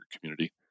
community